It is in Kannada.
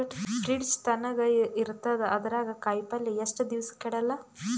ಫ್ರಿಡ್ಜ್ ತಣಗ ಇರತದ, ಅದರಾಗ ಕಾಯಿಪಲ್ಯ ಎಷ್ಟ ದಿವ್ಸ ಕೆಡಲ್ಲ?